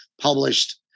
published